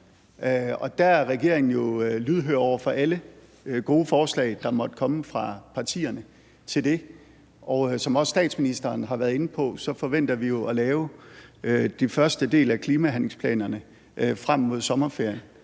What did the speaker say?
der er regeringen jo lydhør over for alle gode forslag, der måtte komme fra partierne, til det. Som statsminsteren også har været inde på, forventer vi jo at lave den første del af klimahandlingsplanerne frem mod sommerferien,